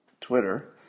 Twitter